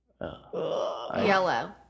Yellow